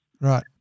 Right